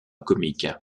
comique